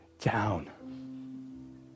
down